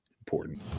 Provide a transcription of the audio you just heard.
important